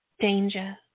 danger